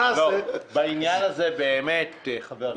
--- בעניין הזה, חבר הכנסת צודק.